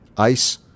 ice